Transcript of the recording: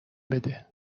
بده